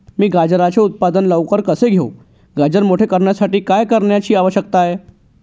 मी गाजराचे उत्पादन लवकर कसे घेऊ? गाजर मोठे करण्यासाठी काय करण्याची आवश्यकता आहे?